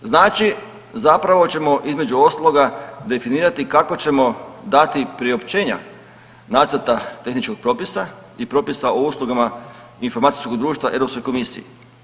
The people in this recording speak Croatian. Znači zapravo ćemo između ostaloga definirati kako ćemo dati priopćenja nacrta tehničkog propisa i propisa o usluga informacijskog društva Europskoj komisiji.